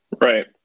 right